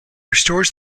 restores